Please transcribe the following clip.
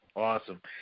Awesome